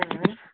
हूँ